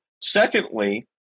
Secondly